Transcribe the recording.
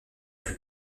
plus